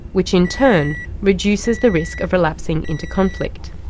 which in turn reduces the risk of relapsing into conflict.